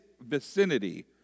vicinity